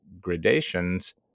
gradations